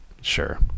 sure